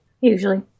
Usually